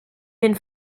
den